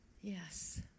Yes